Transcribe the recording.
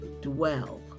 dwell